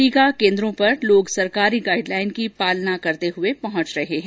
टीका केन्द्रों पर लोग सरकारी गाइडलाइन की पालन करते हुए पहुंच रहे हैं